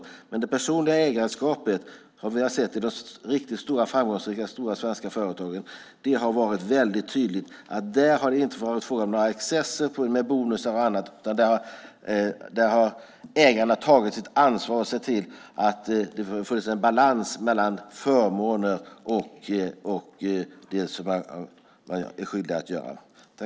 Men i det personliga ägarskap som vi har sett i riktigt stora framgångsrika svenska företag har det väldigt tydligt inte varit fråga om några excesser med bonusar och annat, utan där har ägarna tagit sitt ansvar och sett till att det har funnits en balans mellan förmåner och det man är skyldig att göra.